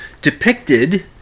depicted